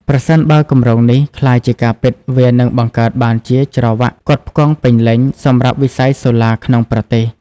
ប្រសិនបើគម្រោងនេះក្លាយជាការពិត វានឹងបង្កើតបានជា ច្រវ៉ាក់ផ្គត់ផ្គង់ពេញលេញ សម្រាប់វិស័យសូឡាក្នុងប្រទេស។